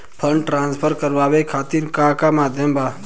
Fund transfer करवाये खातीर का का माध्यम बा?